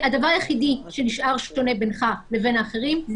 --- הדבר היחידי שנשאר שונה בינך לבין האחרים זה